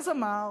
אז אמר.